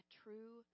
true